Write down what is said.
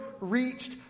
reached